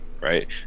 Right